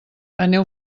aneu